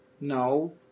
No